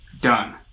done